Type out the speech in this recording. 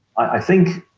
i think,